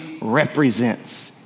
represents